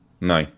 No